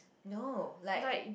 no like